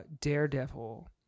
Daredevil